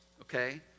okay